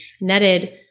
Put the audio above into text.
netted